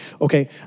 okay